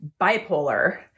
bipolar